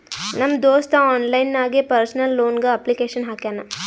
ನಮ್ ದೋಸ್ತ ಆನ್ಲೈನ್ ನಾಗೆ ಪರ್ಸನಲ್ ಲೋನ್ಗ್ ಅಪ್ಲಿಕೇಶನ್ ಹಾಕ್ಯಾನ್